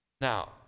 Now